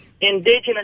indigenous